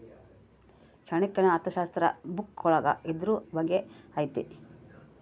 ಚಾಣಕ್ಯನ ಅರ್ಥಶಾಸ್ತ್ರ ಬುಕ್ಕ ಒಳಗ ಇದ್ರೂ ಬಗ್ಗೆ ಐತಿ